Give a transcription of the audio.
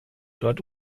dort